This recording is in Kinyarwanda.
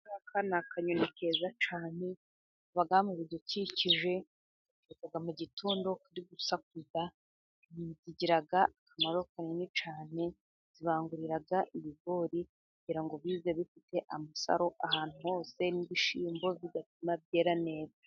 Aka n'ikanyoni keza cyane, ziba mu bidukikije, kava mu gitondo kari gusakuza, , kakagira akamaro kanini cyane zibangurira ibigori kugira ngo bize bifite amasaro ahantu hose n'ibishimbo byera neza.